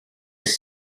his